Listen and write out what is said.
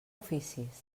oficis